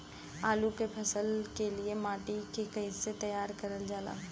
आलू क फसल के लिए माटी के कैसे तैयार करल जाला?